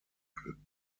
machen